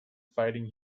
fighting